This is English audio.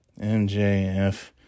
mjf